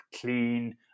clean